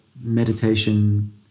meditation